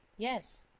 yes.